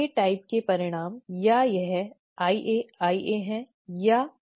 A प्रकार के परिणाम या यह IA IA है या IAi ठीक